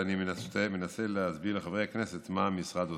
אז אני מנסה להסביר לחברי הכנסת מה המשרד עושה.